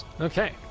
Okay